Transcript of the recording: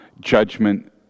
judgment